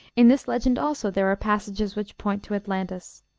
in this legend, also, there are passages which point to atlantis.